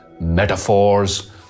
metaphors